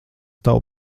tava